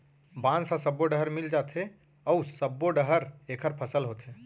बांस ह सब्बो डहर मिल जाथे अउ सब्बो डहर एखर फसल होथे